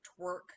twerk